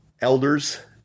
elders